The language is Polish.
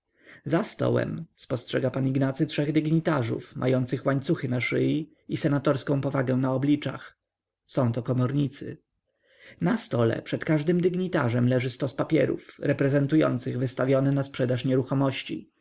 stołem spostrzega pan ignacy trzech dygnitarzów mających łańcuchy na szyi i senatorską powagę na obliczach są to komornicy na stole przed każdym dygnitarzem leży stos papierów reprezentujących wystawione na sprzedaż nieruchomości